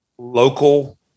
local